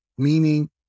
Meaning